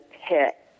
pit